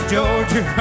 Georgia